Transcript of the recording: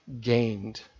gained